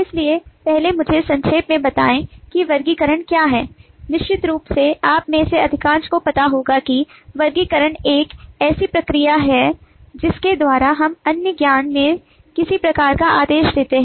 इसलिए पहले मुझे संक्षेप में बताएं कि वर्गीकरण क्या है निश्चित रूप से आप में से अधिकांश को पता होगा कि वर्गीकरण एक ऐसी प्रक्रिया है जिसके द्वारा हम अन्य ज्ञान में किसी प्रकार का आदेश देते हैं